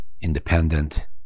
independent